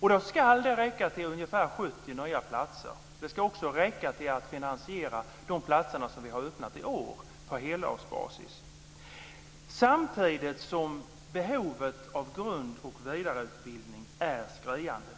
Det ska då räcka till ungefär 70 nya platser. Det ska också räcka till att finansiera de platser som vi har öppnat i år på helårsbasis. Samtidigt är behovet av grund och vidareutbildning skriande.